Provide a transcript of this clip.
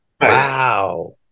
Wow